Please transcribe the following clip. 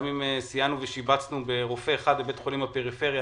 גם אם סייענו ושיבצנו רופא אחד בבית חולים בפריפריה,